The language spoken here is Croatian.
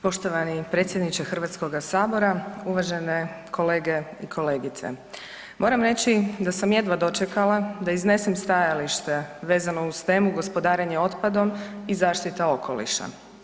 Poštovani predsjedniče Hrvatskoga sabora, uvažene kolege i kolegice, moram reći da sam jedva dočekala da iznesem stajalište vezano uz temu gospodarenje otpadom i zaštita okoliša.